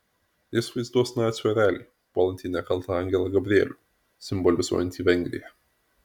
jis vaizduos nacių erelį puolantį nekaltą angelą gabrielių simbolizuojantį vengriją